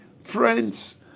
friends